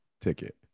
ticket